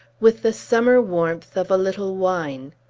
with the summer warmth of a little wine.